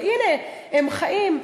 אבל הנה: הם חיים,